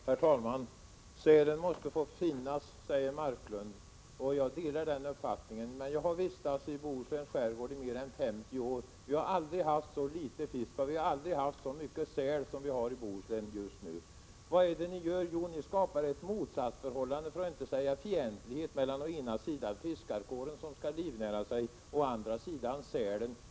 Herr talman! Sälen måste få finnas, säger Leif Marklund, och jag delar den uppfattningen. Men jag har själv vistats i Bohuslän i mer än 50 år, och det har aldrig varit så litet fisk och så mycket säl där som just nu. Vad är det ni socialdemokrater gör? Jo, ni skapar ett motsatsförhållande, för att inte säga fientlighet, mellan å ena sidan fiskarkåren, som skall livnära sig, och å andra sidan sälen.